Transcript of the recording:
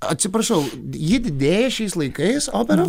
atsiprašau ji didėja šiais laikais opera